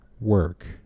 work